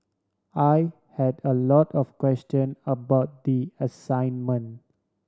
I had a lot of question about the assignment